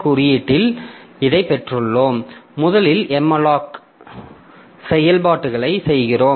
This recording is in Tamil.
குறியீட்டில் இதைப் பெற்றுள்ளோம் முதலில் malloc செயல்பாடுகளைச் செய்கிறோம்